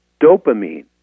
dopamine